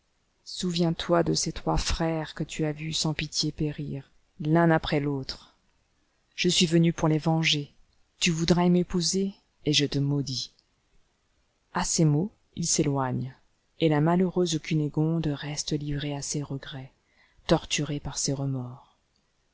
souvienstoi de ces trois frères que tu as vus sans pitié périr l'un après l'autre je suis venu pour les venger tu voudrais m'épouser et je te maudis a ces mots il s'éloigne et la malheureuse cunégonde reste livrée à ses regrets torturée par ses remords